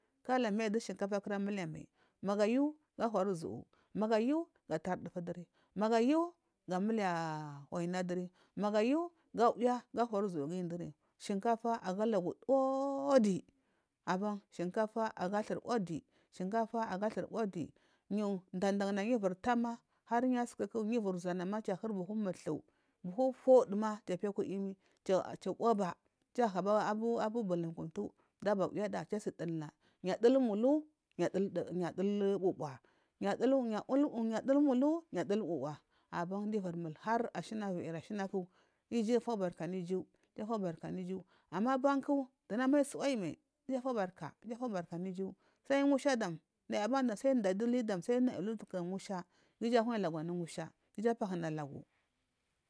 Kala miyi du shinkafa kira mulaya mai magu ayu ga chuwari uzu’u magu ayu ga tari dufu duri magu ayu ga amala waiyina diri magu ayu ga auya ga ahuwari uzu’u shinkafa aga lagu uwaladi ban shinkafa aga thur uwadi shinkafa aga thur uwadi nyu dandana yu iviri tama har yu iviri sukuku yu iviri zunama har kiya ahiri buhu muthu guduma kiya apiya aku iyimi kiya uboba kiya ahaba abu bulunkutu kumdu aba uwida kiya asi dilna yu adulu umala yu adula bubuwa yu adula umebe yu adula bubuwa bau har ashina viriyi ashana iju afu barka anu iju iju afubaki anu iju ama abauku duna suwi ayimai iju afubarka iju afubarka sai ngusha dan naya ban sai inda dili sai naya ulu taga ngusha ku iju anayi lagu ana ngusha ku iku anayi lagu ana ngusha ku iju apahina lagu.